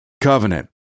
covenant